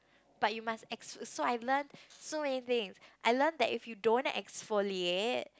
but you must exf~ so I've learnt so many things I learn that if you don't exfoliate